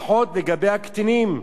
לרבות על-ידי חקיקה.